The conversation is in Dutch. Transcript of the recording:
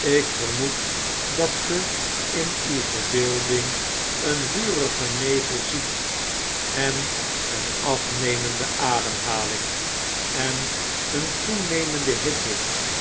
ik vermoed dat ge in uw verbeelding een vurigen nevel ziet en een afnemende ademhaling en een toenemende hitte